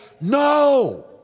No